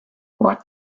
what